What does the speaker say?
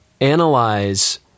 analyze